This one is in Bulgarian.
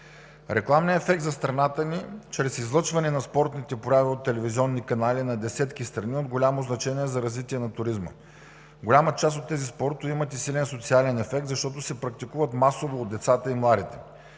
Рекламният ефект за страната ни чрез излъчване на спортните прояви от телевизионни канали на десетки страни е от голямо значение за развитието на туризма. Голяма част от тези спортове имат и силен социален ефект, защото се практикуват масово от децата и младите.